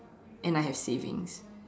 and I have savings